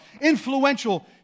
influential